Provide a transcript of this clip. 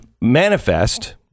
manifest